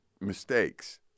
mistakes